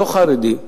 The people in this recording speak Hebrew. לא חרדים,